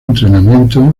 entrenamiento